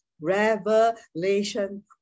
revelation